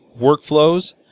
workflows